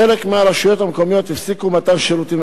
חלק מהרשויות המקומיות הפסיקו לתת שירותים